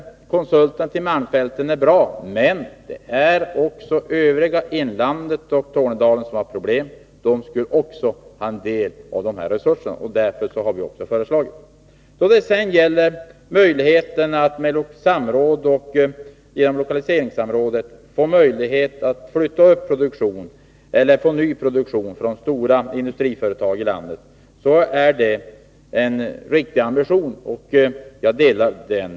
Förslaget om konsulter till malmfälten är bra, men övriga inlandet och Tornedalen har också problem och skulle behöva få del av resurserna. Det har vi föreslagit. Då det sedan gäller möjligheterna att genom lokaliseringssamråd flytta produktion eller få ny produktion upp till Norrbotten från stora industriföretag i landet vill jag säga att man här har en riktig ambition. Jag delar den.